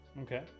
Okay